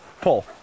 Pull